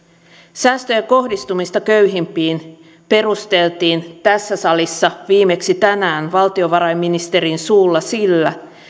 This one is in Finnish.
säästöjen kohdistumista köyhimpiin perusteltiin tässä salissa viimeksi tänään valtiovarainministerin suulla sillä